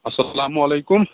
اسلامُ علیکُم